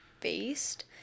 based